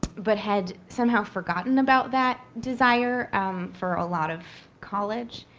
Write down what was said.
but had somehow forgotten about that desire for a lot of college.